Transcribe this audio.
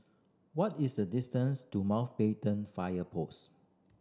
what is the distance to Mountbatten Fire Post